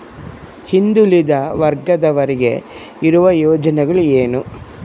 ಹಿಂದುಳಿದ ವರ್ಗದವರಿಗೆ ಇರುವ ಯೋಜನೆಗಳು ಏನು?